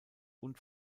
und